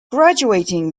graduating